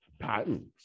patents